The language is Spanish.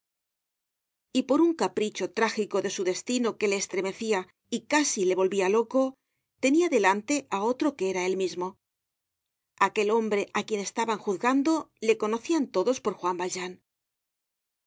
y por un capricho trájico de su destino que le estremecia y casi le volvia loco tenia delante á otro que era él mismo aquel hombre á quien estaban juzgando le conocian todos por juan valjean